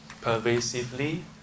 pervasively